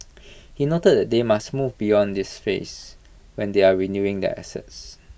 he noted that they must move beyond this phase when they are renewing their assets